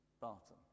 Barton